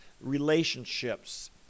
relationships